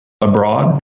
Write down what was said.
abroad